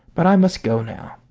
but i must go now.